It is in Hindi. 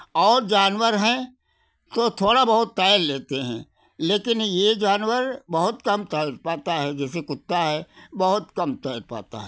और जानवर हैं तो थोड़ा बहुत तैर लेते हैं लेकिन ये जानवर बहुत कम तैर पाता है जैसे कुत्ता है बहुत कम तैर पाता है